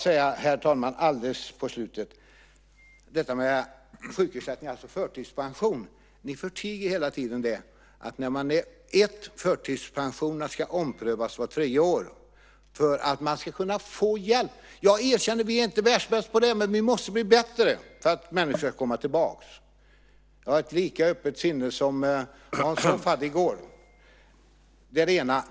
När det gäller sjukersättningen, förtidspension, förtiger ni hela tiden att förtidspensionerna ska omprövas vart tredje år för att människor ska kunna få hjälp. Jag erkänner att vi inte är världsbäst på det. Vi måste bli bättre för att människor ska kunna komma tillbaka. Jag har ett lika öppet sinne som Hans Hoff hade i går. Det var det ena.